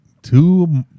Two